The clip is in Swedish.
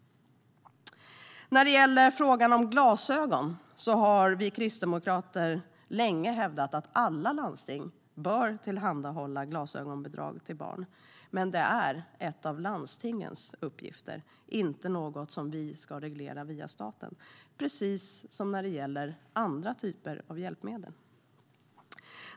När det gäller frågan om glasögon har vi kristdemokrater länge hävdat att alla landsting bör tillhandhålla glasögonbidrag till barn. Men det är en av landstingens uppgifter, inte något som vi ska reglera via staten, precis som när det gäller andra typer av hjälpmedel.